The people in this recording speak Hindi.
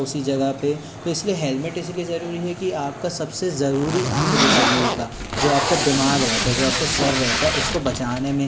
उसी जगह पे तो इसलिए हेलमेट इसीलिए जरूरी है कि आपका सबसे ज़रूरी अंग जो शरीर का जो आपका दिमाग रहता जो आपका सिर रहता उसको बचाने में